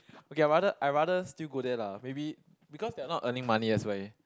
okay I rather I rather still go there lah maybe because they are not earning money that's why